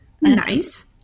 Nice